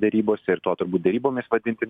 derybose ir to turbūt derybomis vadinti